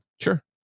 Sure